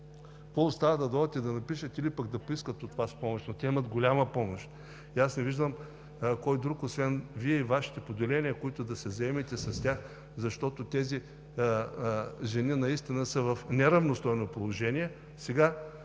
остава да дойдат и да напишат или пък да поискат от Вас помощ. Те имат нужда от голяма помощ. Не виждам кой друг освен Вие и Вашите поделения да се заемете с тях, защото тези жени наистина са в неравностойно положение. Сега